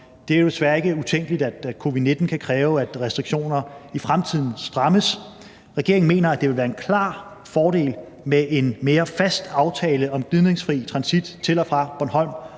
Det er jo desværre ikke utænkeligt, at covid-19 kan kræve, at restriktioner i fremtiden strammes. Regeringen mener, det vil være en klar fordel med en mere fast aftale om gnidningsfri transit til og fra Bornholm